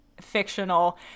fictional